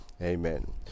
Amen